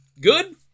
good